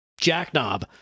jackknob